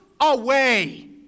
away